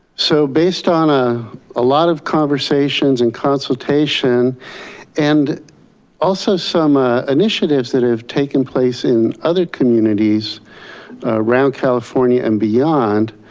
so based on a ah lot of conversations and consultation and also some ah initiatives that have taken place in other communities around california and beyond,